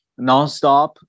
nonstop